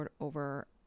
over